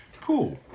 Cool